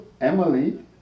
Emily